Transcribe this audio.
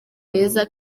beza